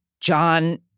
John